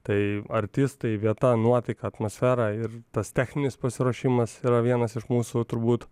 tai artistai vieta nuotaika atmosfera ir tas techninis pasiruošimas yra vienas iš mūsų turbūt